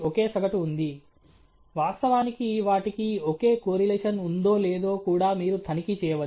కాబట్టి మీరు మోడల్ నిర్మాణం మరియు డేటాను ఎంచుకున్నారు అంచనా అల్గోరిథం సహాయంతో వాటిని ఒకచోట చేర్చి ఆపై డేటాను అర్థం చేసుకోవడానికి మోడల్ను బలవంతం చేయండి